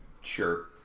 Sure